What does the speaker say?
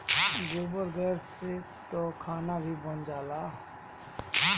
गोबर गैस से तअ खाना भी बन जाला